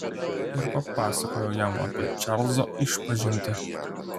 ir papasakojau jam apie čarlzo išpažintį